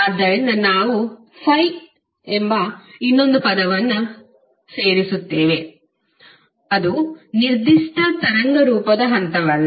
ಆದ್ದರಿಂದ ನಾವು ∅ ಎಂಬ ಇನ್ನೊಂದು ಪದವನ್ನು ಸೇರಿಸುತ್ತೇವೆ ಅದು ನಿರ್ದಿಷ್ಟ ತರಂಗ ರೂಪದ ಹಂತವಲ್ಲ